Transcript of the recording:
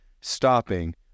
stopping